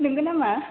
नोंगौ नामा